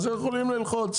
הם יכולים ללחוץ.